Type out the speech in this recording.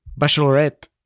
bachelorette